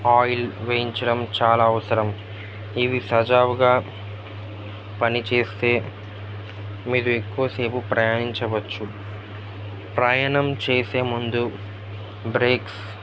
oil వేయించడం చాలా అవసరం ఇవి సజావుగా పని చేస్తే మీరు ఎక్కువ సేపు ప్రయాణించవచ్చు ప్రయాణం చేసే ముందు బ్రేక్స్